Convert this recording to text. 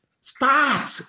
Start